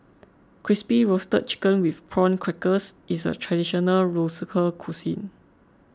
Crispy Roasted Chicken with Prawn Crackers is a Traditional Local Cuisine